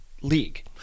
league